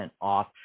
off